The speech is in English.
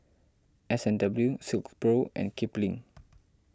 S and W Silkpro and Kipling